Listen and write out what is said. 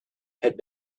had